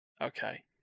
Okay